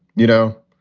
you know?